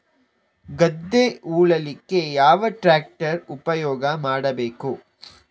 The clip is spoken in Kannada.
ಗದ್ದೆ ಉಳಲಿಕ್ಕೆ ಯಾವ ಟ್ರ್ಯಾಕ್ಟರ್ ಉಪಯೋಗ ಮಾಡಬೇಕು?